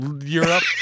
Europe